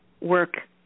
work